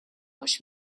watch